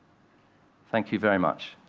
thank you very much.